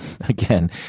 Again